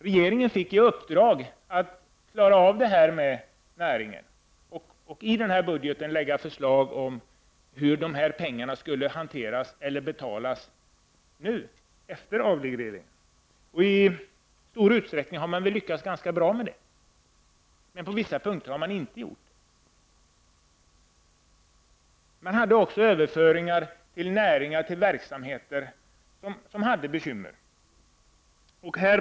Regeringen fick i uppdrag att klara upp detta med näringen och att i budgeten lägga förslag om hur dessa pengar skulle betalas ut efter avregleringen. I stor utsträckning har regeringen lyckats ganska bra med detta, men på vissa punkter har man inte gjort det. Det gjordes också överföringar till näringar och verksamheter som hade bekymmer.